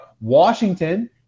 Washington